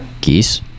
Geese